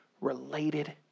related